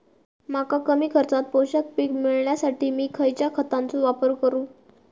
मका कमी खर्चात पोषक पीक मिळण्यासाठी मी खैयच्या खतांचो वापर करू?